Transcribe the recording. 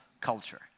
culture